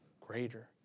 greater